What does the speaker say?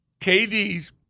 KD's